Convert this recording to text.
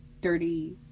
dirty